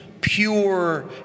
pure